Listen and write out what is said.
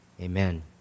amen